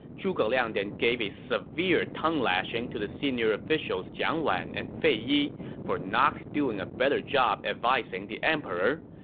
zhuge liang then gave a severe tongue-lashing to the senior officials jiang wan and fei yi for not doing a better job advising the emperor,